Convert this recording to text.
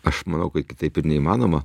aš manau kad kitaip neįmanoma